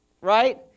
right